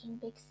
big